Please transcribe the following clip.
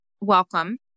welcome